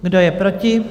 Kdo je proti?